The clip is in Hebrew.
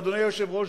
אדוני היושב-ראש,